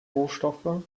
rohstoffe